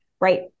right